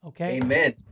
Amen